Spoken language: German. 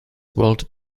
world